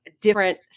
different